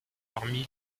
parmi